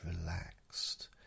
relaxed